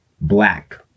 black